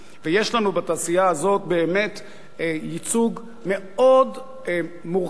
יש לנו בתעשייה הזאת באמת ייצוג מאוד מורכב